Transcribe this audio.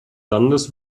landes